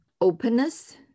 openness